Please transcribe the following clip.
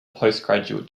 postgraduate